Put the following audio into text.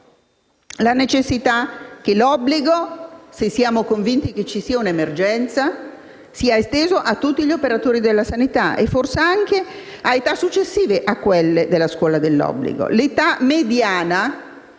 la necessità che l'obbligo, se siamo convinti ci sia un'emergenza, sia esteso a tutti gli operatori della sanità e forse anche ad età successive a quelle della scuola dell'obbligo.